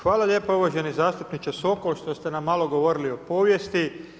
Hvala lijepa uvaženi zastupniče Sokol, što ste nam malo govorili o povijesti.